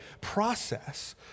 process